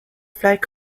flight